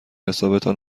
حسابتان